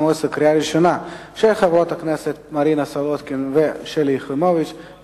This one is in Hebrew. קריאה שנייה ושלישית בוועדת הפנים והגנת הסביבה.